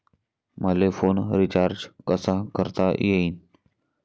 मले phone recharge कसा करता येईन?